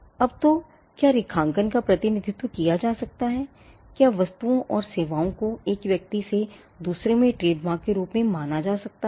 अब तो क्या रेखांकन का प्रतिनिधित्व किया जा सकता है क्या वस्तुओं और सेवाओं को एक व्यक्ति से दूसरे में ट्रेडमार्क के रूप में माना जा सकता है